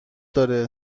داره